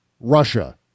Russia